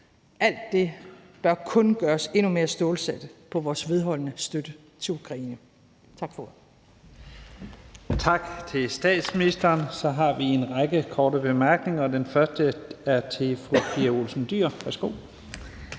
bør kun gøre os endnu mere stålsatte på vores vedholdende støtte til Ukraine. Tak for